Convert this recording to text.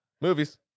Movies